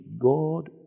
God